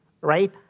right